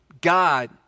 God